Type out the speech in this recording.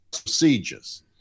procedures